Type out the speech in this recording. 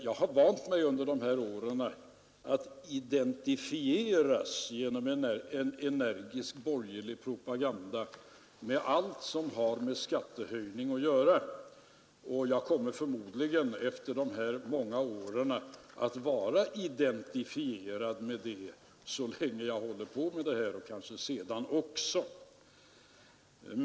Jag har under de här åren vant mig vid att jag genom en energisk borgerlig propaganda brukar identifieras med allt som har med skattehöjningar att göra, och jag kommer förmodligen efter de här många åren att vara identifierad med skattehöjning så länge jag håller på med det här arbetet, och kanske sedan också.